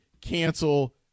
cancel